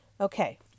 Okay